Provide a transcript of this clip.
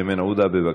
איימן עודה, בבקשה.